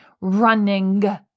running